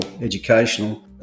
educational